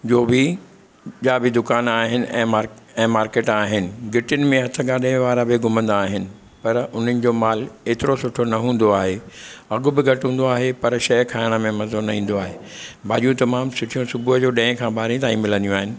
जो बि ॿिया बि दुकान आहिनि ऐं मार्के ऐं मार्केट आहिनि घिटियुनि में हथ गाॾे वारा ॿि घुमंदा आहिनि पर उन्हनि जो मालु एतिरो सुठो न हूंदो आहे अघु बि घटि हूंदो आहे पर शइ खाइणु में मज़ो न ईंदो आहे भाॼियूं तमामु सुठियूं सुबुह जो ॾहें खां ॿारहें ताईं मिलंदियूं आहिनि